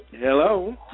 Hello